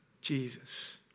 Jesus